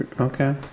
Okay